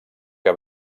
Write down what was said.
que